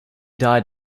died